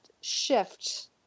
shift